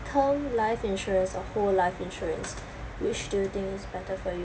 term life insurers or whole life insurance which do you think better for you